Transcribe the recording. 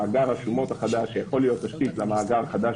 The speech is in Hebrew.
מאגר הרשומות החדש יכול להיות תשתית למאגר החדש